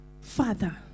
Father